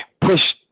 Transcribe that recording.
push